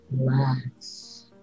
Relax